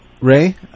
Ray